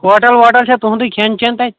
hotel ووٹَل چھا تُہُنٛدُے کھٮ۪ن چٮ۪ن تَتہِ